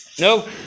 No